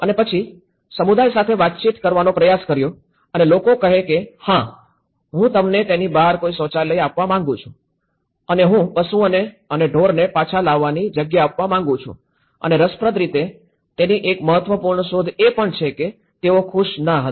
અને પછી સમુદાય સાથે વાતચીત કરવાનો પ્રયાસ કરો અને લોકો કહે કે હા હું તમને તેની બહાર કોઈ શૌચાલય આપવા મંગુ છું અને હું પશુઓને અને ઢોરને પાછા લાવવાની જગ્યા આપવા માંગું છું અને રસપ્રદ રીતે તેની એક મહત્વપૂર્ણ શોધ એ પણ છે કે તેઓ ખુશ ન હતા